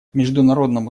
международному